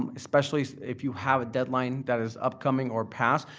um especially if you have a deadline that is upcoming or passed.